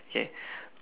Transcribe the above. okay